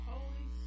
Holy